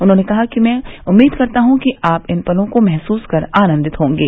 उन्होंने कहा कि मैं उम्मीद करता हूँ कि आप इन पलो को महसूस कर आनन्दि होंगे